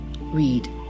read